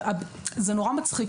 זה נורא מצחיק,